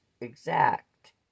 exact